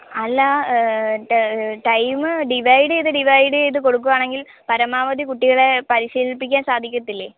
അല്ല റ്റ time divide ചെയ്ത് ഡിവൈഡ് ചെയ്ത് കൊടുക്കുവാണെങ്കിൽ പരമാവധി കുട്ടികളെ പരിശീലിപ്പിക്കാൻ സാധിക്കത്തില്ലേ